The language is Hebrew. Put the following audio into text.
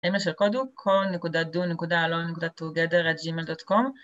אימייל של קודו: call.do.alon.together.gmail.com